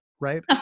Right